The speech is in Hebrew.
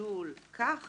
המסלול כך